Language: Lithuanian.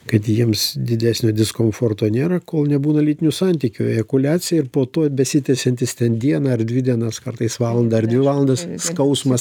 kad jiems didesnio diskomforto nėra kol nebūna lytinių santykių ejakuliacija ir po to besitęsiantis ten dieną ar dvi dienas kartais valandą ar dvi valandas skausmas